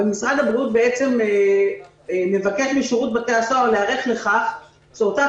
אבל משרד הבריאות בעצם מבקש משירות בתי הסוהר להיערך לכך שאותה